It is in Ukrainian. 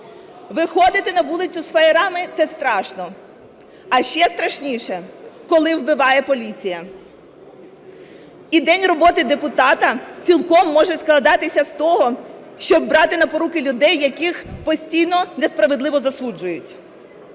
Виходити на вулицю з фаєрами – це страшно, але ще страшніше, коли вбиває поліція. І день роботи депутата цілком може складатися з того, щоб брати на поруки людей, яких постійно несправедливо засуджують.